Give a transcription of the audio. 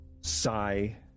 sigh